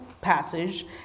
passage